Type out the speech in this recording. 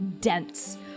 dense